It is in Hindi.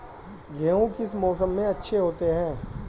गेहूँ किस मौसम में अच्छे होते हैं?